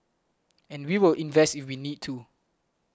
and we will invest if we need to